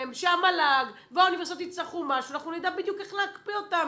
כשהמל"ג והאוניברסיטאות יצטרכו משהו אנחנו נדע בדיוק איך להקפיא אותם,